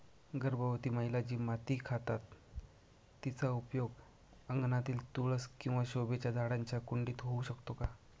गर्भवती महिला जी माती खातात तिचा उपयोग अंगणातील तुळस किंवा शोभेच्या झाडांच्या कुंडीत होऊ शकतो का?